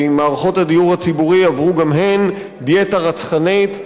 כי מערכות הדיור הציבורי עברו גם הן דיאטה רצחנית.